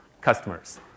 customers